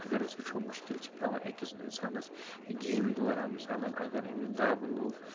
اگر أسۍ وُچھو مُشکِل چھِ پٮ۪وان اَکِس اِنسانس گیٚمہِ دوران مِثالن اگر أمِس دَب لوٚگ